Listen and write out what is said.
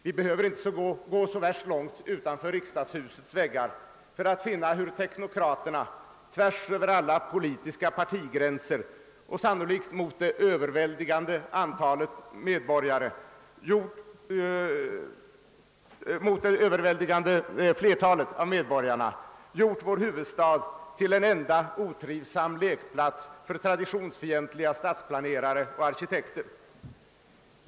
Vi behöver inte gå så värst långt utanför riksdagshusets väggar för att finna hur teknokraterna tvärs över alla politiska partigränser — och sannolikt mot det överväldigande flertalet medborgare — gjort vår huvudstad till en enda otrivsam lekplats för traditionsfientliga stadsplanerare och arkitekter.